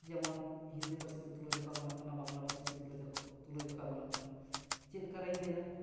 ᱡᱮᱢᱚᱱ ᱦᱤᱱᱫᱤ ᱯᱟᱹᱨᱥᱤ ᱛᱮ ᱛᱩᱞᱟᱹᱡᱚᱠᱷᱟ ᱜᱟᱱᱚᱜ ᱠᱟᱱᱟ ᱵᱟᱝᱞᱟ ᱯᱟᱹᱨᱥᱤ ᱛᱮ ᱛᱩᱞᱟᱹᱡᱚᱠᱷᱟ ᱜᱟᱱᱚᱜ ᱠᱟᱱᱟ ᱪᱮᱫ ᱞᱮᱠᱟᱨᱮᱧ ᱞᱟᱹᱭᱟ